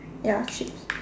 ya chips